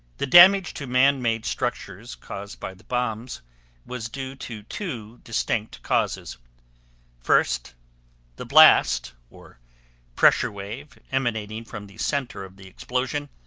the damage to man-made structures caused by the bombs was due to two distinct causes first the blast, or pressure wave, emanating from the center of the explosion,